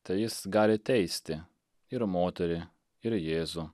tai jis gali teisti ir moterį ir jėzų